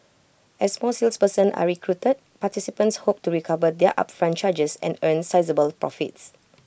as more salespersons are recruited participants hope to recover their upfront charges and earn sizeable profits